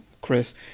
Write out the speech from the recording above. Chris